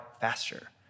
faster